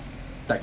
tech~